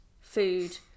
food